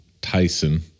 Tyson